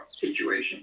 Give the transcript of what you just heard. situation